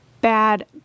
bad